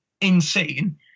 insane